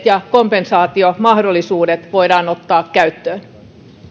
ja kompensaatiomahdollisuudet voidaan ottaa käyttöön